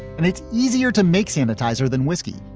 and it's easier to make sanitiser than whiskey.